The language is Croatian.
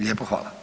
Lijepo hvala.